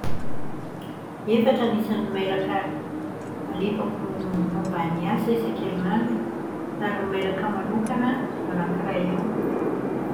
Efatra ny isan'ny mailaka alefako momba ny asa isan-kerinandro. Ary ny mailaka manokana, anaky iray eo.